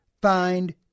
Find